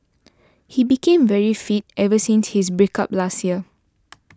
he became very fit ever since his break up last year